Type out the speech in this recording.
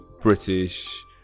British